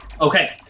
Okay